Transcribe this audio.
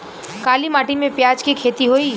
काली माटी में प्याज के खेती होई?